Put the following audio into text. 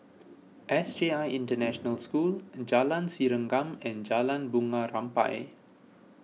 S J I International School in Jalan Serengam and Jalan Bunga Rampai